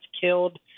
killed